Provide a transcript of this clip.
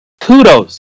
Kudos